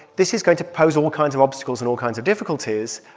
this is going to pose all kinds of obstacles and all kinds of difficulties.